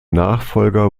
nachfolger